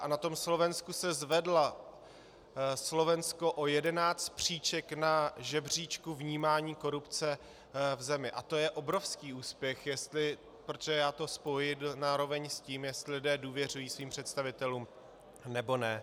A na tom Slovensku se zvedla, Slovensko o 11 příček na žebříčku vnímání korupce v zemi, a to je obrovský úspěch, jestli protože já to spojuji na roveň s tím, jestli lidé důvěřují svým představitelům, nebo ne.